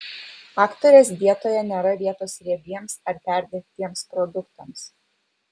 aktorės dietoje nėra vietos riebiems ar perdirbtiems produktams